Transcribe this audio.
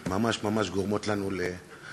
אני לא רוצה לדבר ללב.